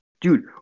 Dude